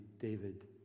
David